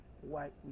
white